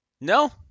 No